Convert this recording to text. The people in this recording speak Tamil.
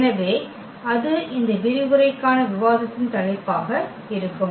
எனவே அது இந்த விரிவுரைக்கான விவாதத்தின் தலைப்பாக இருக்கும்